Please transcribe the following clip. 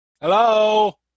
Hello